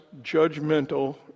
judgmental